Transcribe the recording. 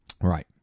Right